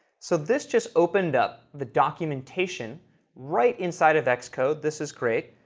so this just opened up the documentation right inside of xcode. this is great.